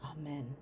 Amen